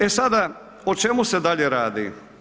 E sada o čemu se dalje radi?